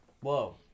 Whoa